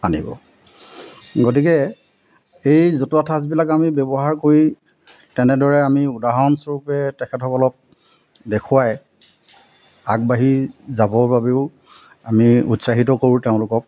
আনিব গতিকে এই জতুৱা ঠাঁচবিলাক আমি ব্যৱহাৰ কৰি তেনেদৰে আমি উদাহৰণস্বৰূপে তেখেতসকলক দেখুৱাই আগবাঢ়ি যাবৰ বাবেও আমি উৎসাহিত কৰোঁ তেওঁলোকক